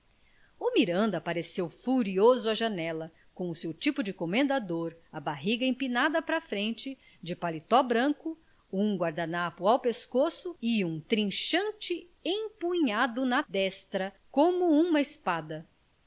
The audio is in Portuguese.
miranda apareceu furioso à janela com o seu tipo de comendador a barriga empinada para a frente de paletó branco um guardanapo ao pescoço e um trinchante empunhado na destra como uma espada